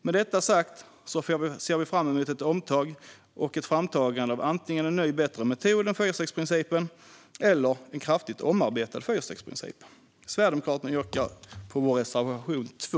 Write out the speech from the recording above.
Med detta sagt ser vi fram emot ett omtag och ett framtagande av antingen en ny och bättre metod än fyrstegsprincipen eller en kraftigt omarbetad fyrstegsprincip. Jag yrkar bifall till Sverigedemokraternas reservation 2.